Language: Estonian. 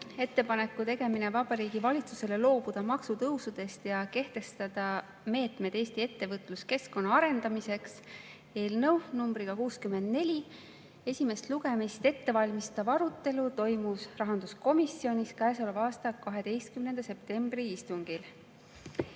"Ettepaneku tegemine Vabariigi Valitsusele loobuda maksutõusudest ja kehtestada meetmed Eesti ettevõtluskeskkonna arendamiseks" eelnõu nr 64 esimest lugemist ettevalmistav arutelu toimus rahanduskomisjonis selle aasta 12. septembri istungil.